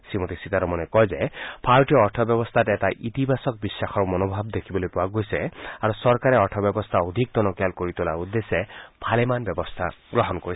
শ্ৰীমতী সীতাৰমণে কয় যে ভাৰতীয় অৰ্থ ব্যৱস্থাত এটা ইতিবাছক বিশ্বাসৰ মনোভাৱ দেখিবলৈ পোৱা গৈছে আৰু চৰকাৰে অৰ্থব্যৱস্থা অধিক টনকীয়াল কৰি তোলাৰ উদ্দেশ্যে ভালেমান ব্যৱস্থা গ্ৰহণ কৰিছে